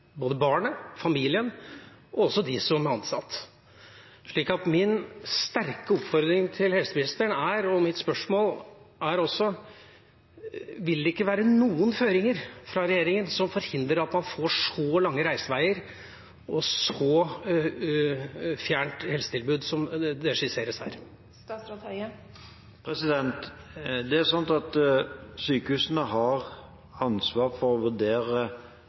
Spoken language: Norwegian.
både barnet, familien og de som er ansatt. Så min sterke oppfordring til helseministeren i mitt spørsmål er: Vil det ikke være noen føringer fra regjeringa som forhindrer at man får så lange reiseveier og et så fjernt helsetilbud som det skisseres her? Sykehusene har ansvaret for å vurdere hvordan en organiserer og gir tilbud til befolkningen, som representanten er